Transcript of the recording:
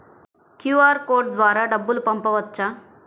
QR code ద్వారా డబ్బులు పంపవచ్చా?